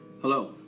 Hello